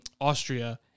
Austria